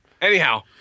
Anyhow